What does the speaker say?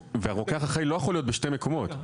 והרוקח האחראי לא יכול להיות בשני מקומות.